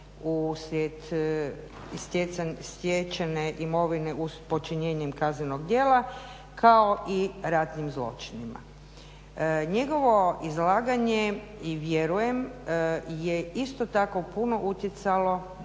uslijed stečene imovine uz počinjenje kaznenog djela kao i ratnim zločinima. Njegovo izlaganje i vjerujem je isto tako puno utjecalo